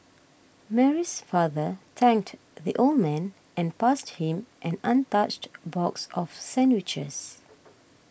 Mary's father thanked the old man and passed him an untouched box of sandwiches